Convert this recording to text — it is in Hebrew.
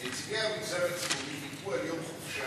הזאת יהיה כסף שהמגזר הציבורי בלבד נושא על גבו.